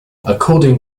according